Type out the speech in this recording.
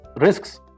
risks